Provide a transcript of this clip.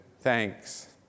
thanks